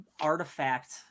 artifact